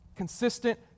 Consistent